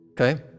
Okay